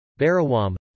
Barawam